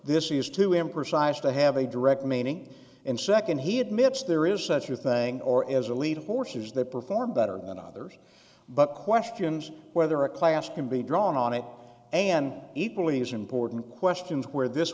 this is too imprecise to have a direct meaning and second he admits there is such a thing or as a leader forces that perform better than others but questions whether a class can be drawn on it an equally as important questions where this